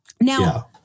Now